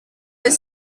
est